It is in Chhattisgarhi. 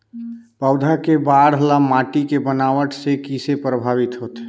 पौधा के बाढ़ ल माटी के बनावट से किसे प्रभावित होथे?